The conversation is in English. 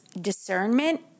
discernment